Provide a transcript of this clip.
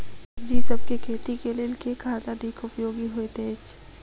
सब्जीसभ केँ खेती केँ लेल केँ खाद अधिक उपयोगी हएत अछि?